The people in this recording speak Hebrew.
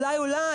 אולי אולי,